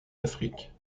afrique